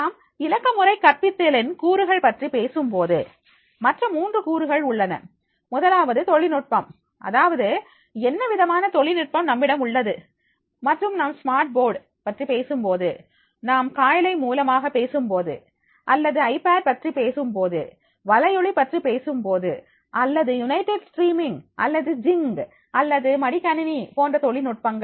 நாம் இலக்கமுறை கற்பித்தலின் கூறுகள் பற்றி பேசும்போது மற்ற மூன்று கூறுகள் உள்ளன முதலாவது தொழில்நுட்பம் அதாவது என்னவிதமான தொழில்நுட்பம் நம்மிடம் உள்ளது மற்றும் நாம் ஸ்மார்ட்போர்டு பற்றிப் பேசும்போது நாம் காயலை மூலமாக பேசும்போது அல்லது ஐபேட் பற்றி பேசும் போது வலையொளி பற்றிப் பேசும்போது அல்லது யுனைடெட் ஸ்ட்ரீமிங் அல்லது ஜிங்க் அல்லது மடிக்கணினி போன்ற தொழில்நுட்பங்கள்